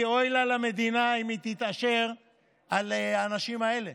כי אוי לה למדינה אם היא תתעשר מהאנשים האלה.